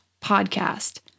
podcast